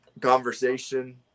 conversation